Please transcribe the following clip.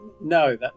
no